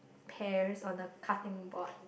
pears on a cutting board